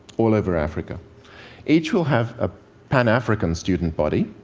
all over africa each will have a pan-african student body,